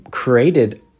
created